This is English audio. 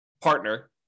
partner